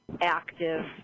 active